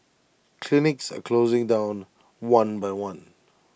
clinics are closing down one by one